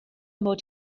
mod